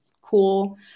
cool